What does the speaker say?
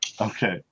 okay